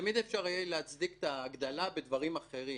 תמיד אפשר יהיה להצדיק את ההגדלה בדברים אחרים.